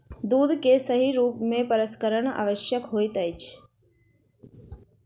दूध के सही रूप में प्रसंस्करण आवश्यक होइत अछि